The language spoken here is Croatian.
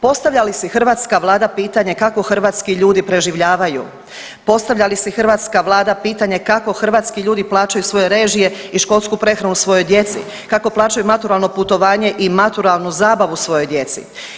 Postavlja li si hrvatska vlada pitanje kako hrvatski ljudi preživljavaju, postavlja li si hrvatska vlada pitanje kako hrvatski ljudi plaćaju svoje režije i školsku prehranu svojoj djeci, kako plaćaju maturalno putovanje i maturalnu zabavu svojoj djeci?